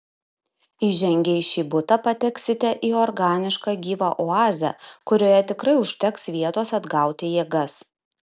įžengę į šį butą pateksite į organišką gyvą oazę kurioje tikrai užteks vietos atgauti jėgas